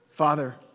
Father